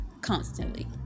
constantly